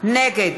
נגד